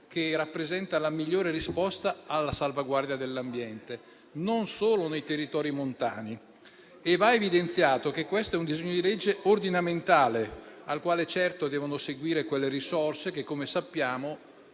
che rappresenta la migliore risposta alla salvaguardia dell'ambiente, non solo nei territori montani. E va evidenziato che questo è un disegno di legge ordinamentale al quale certo devono seguire quelle risorse che - come sappiamo